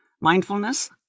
mindfulness